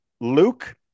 Luke